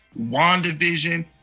WandaVision